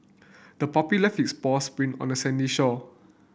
the puppy left its paws print on the sandy shore